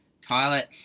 Toilet